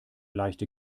leichte